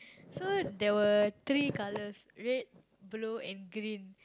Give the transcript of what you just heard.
so there were three colours red blue and green